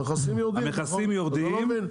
המכסים יורדים,